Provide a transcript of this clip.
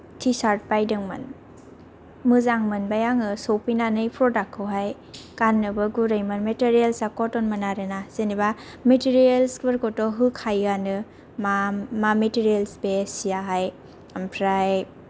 T shirt बायदोंमोन मोजां मोनबाय आङो सौफैनानै प्रडाक्टखौहाय गान्नोबो गुरैमोन मेटेरियेलसा कटनमोन आरोना जेनेबा मिटिरियेल्सफोरखौथ' होखायोआनो मा मा मिटिरियेल्स बे सियाहाय ओमफ्राय